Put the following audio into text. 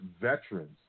veterans